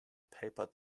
paper